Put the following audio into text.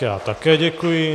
Já také děkuji.